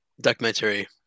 documentary